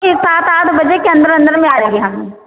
छः सात आठ बजे के अंदर अंदर में आएंगे हम